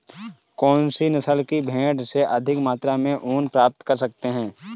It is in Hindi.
कौनसी नस्ल की भेड़ से अधिक मात्रा में ऊन प्राप्त कर सकते हैं?